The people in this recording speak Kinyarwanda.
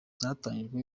hatangijwe